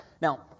Now